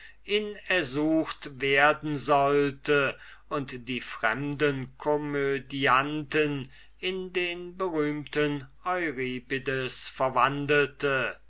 in ersucht werden sollte und die fremden komödianten in den berühmten euripides verwandelte